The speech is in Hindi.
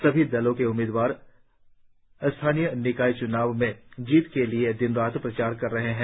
सभी दलों के उम्मीदवार स्थानीय निकाय च्नावों में जीत के लिए दिन रात प्रचार कर रहे है